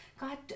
god